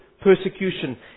persecution